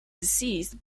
deceased